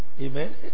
Amen